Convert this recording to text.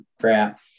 crap